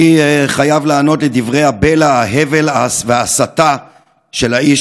ברשות יושב-ראש הכנסת, הינני